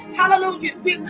hallelujah